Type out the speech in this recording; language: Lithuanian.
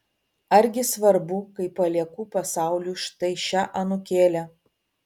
argi svarbu kai palieku pasauliui štai šią anūkėlę